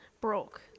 broke